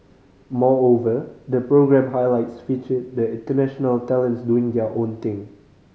moreover the programme highlights featured the international talents doing their own thing